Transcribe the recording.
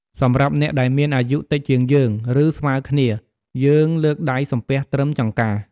សម្រាប់អ្នកដែលមានអាយុតិចជាងយើង ឬស្មើគ្នា យើងលើកដៃសំពះត្រឹមចង្កា។